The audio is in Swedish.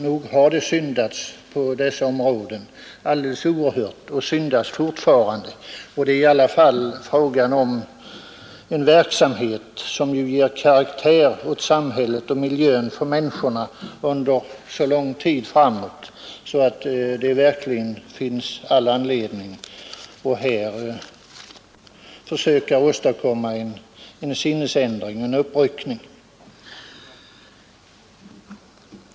Nog har det syndats oerhört på detta område och syndas fortfarande. Och det är i alla fall fråga om en verksamhet som ger karaktär åt samhället och mil t människorna så lång tid framåt att det verkligen finns alla skäl att försöka åstadkomma en sinnesändring, en uppryckning.